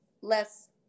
less